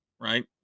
right